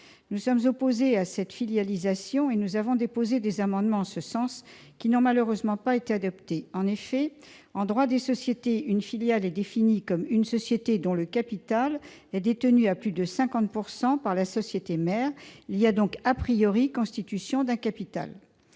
Nous sommes opposés à cette filialisation et nous avons déposé des amendements en ce sens, qui n'ont malheureusement pas été adoptés. En effet, en droit des sociétés, une filiale est définie comme une société dont le capital est détenu à plus de 50 % par la société mère. Il y a donc,, constitution d'un capital.